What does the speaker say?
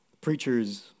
preachers